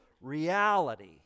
reality